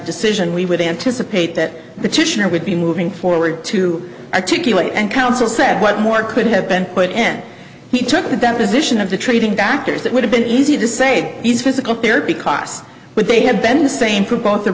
decision we would anticipate that the titian are would be moving forward to articulate and counsel said what more could have been put n he took the deposition of the trading doctors that would have been easy to say these physical therapy cost but they have been the same for both